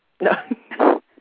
No